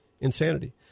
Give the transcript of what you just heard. insanity